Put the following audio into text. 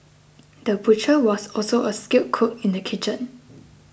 the butcher was also a skilled cook in the kitchen